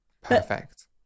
perfect